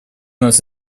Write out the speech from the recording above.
нас